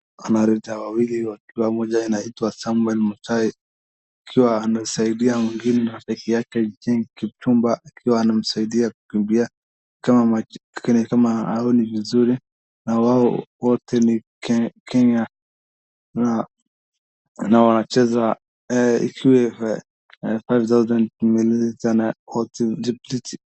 Wanariadha wawili, akiwa mmoja anaitwa Samuel Mushai, akiwa anasaidia mwingine, rafiki yake, Jen Kipchmba, akiwa anamsaidia kukimbia kama macho yake, kama haoni vizuri. Na wao wote ni Kenya na wanacheza, ikiwa five thousand meters na wote wajipatie.